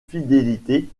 fidélité